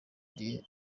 dieu